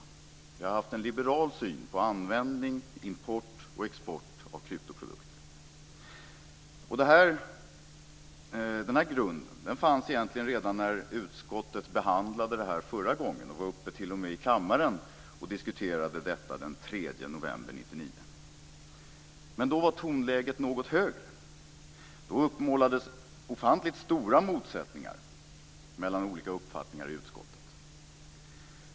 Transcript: Vi har haft en liberal syn på användning, import och export av kryptoprodukter. Denna grund fanns egentligen redan när utskottet behandlade ärendet förra gången. Vi diskuterade t.o.m. detta i kammaren den 3 november 1999. Men då var tonläget något högre. Då uppmålades ofantligt stora motsättningar mellan olika uppfattningar i utskottet.